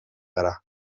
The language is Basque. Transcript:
gara